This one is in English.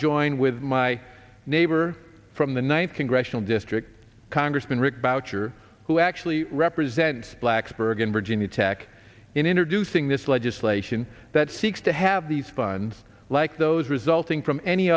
join with my neighbor from the one congressional district congressman rick boucher who actually represents blacksburg and virginia tech in introducing this legislation that seeks to have these funds like those resulting from any